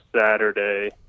saturday